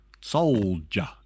Soldier